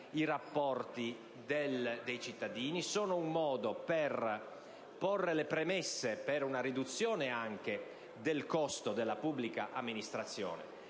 i rapporti dei cittadini: sono un modo per porre le premesse anche per una riduzione del costo della pubblica amministrazione.